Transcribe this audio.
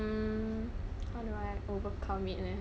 mm how do I overcome it leh